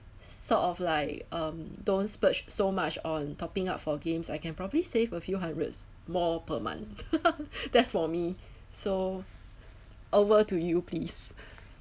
sort of like um don't splurge so much on topping up for games I can probably save a few hundreds more per month that's for me so over to you please